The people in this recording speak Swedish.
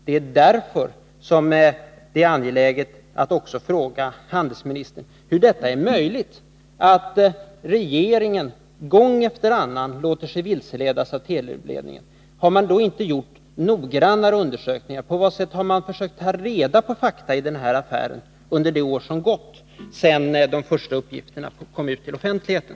Det är därför det är angeläget att fråga handelsministern hur det är möjligt att regeringen gång efter annan låter sig vilseledas av Telubledningen. Har man inte gjort några noggrannare undersökningar? På vad sätt har man försökt ta reda på fakta i den här affären under det år som gått sedan de första uppgifterna kom ut till offentligheten?